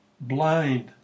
blind